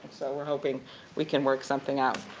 so we're hoping we can work something out.